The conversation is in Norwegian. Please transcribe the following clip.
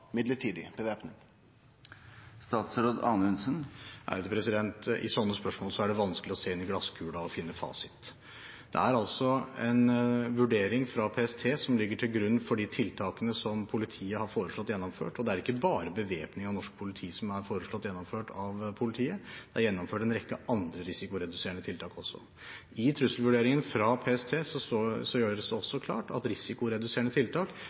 I slike spørsmål er det vanskelig å se inn i glasskula og finne fasit. Det er altså en vurdering fra PST som ligger til grunn for de tiltakene som politiet har foreslått gjennomført, og det er ikke bare bevæpning av norsk politi som er foreslått gjennomført av politiet, det er gjennomført en rekke andre risikoreduserende tiltak også. I trusselvurderingene fra PST gjøres det også klart at risikoreduserende tiltak